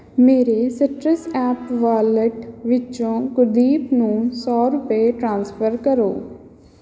ਮੇਰੇ ਸੀਟਰਸ app wallet ਵਿੱਚੋਂ ਗੁਰਦੀਪ ਨੂੰ ਸੌ ਰੁਪਏ ਟ੍ਰਾਂਸਫਰ ਕਰੋ